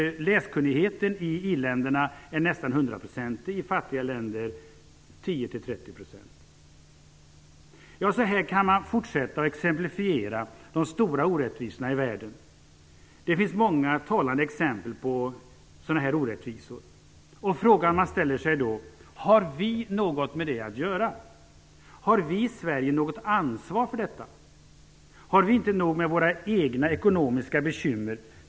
Läskunnigheten i i-länderna är nästan hundraprocentig. I fattiga länder ligger siffran mellan 10 och Så här kan man fortsätta och exemplifiera de stora orättvisorna i världen. Det finns många talande exempel på sådana orättvisor. Frågan som man ställer sig är om vi har något med detta att göra. Har vi i Sverige något ansvar för detta? Har vi inte nog med våra egna ekonomiska bekymmer?